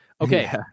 Okay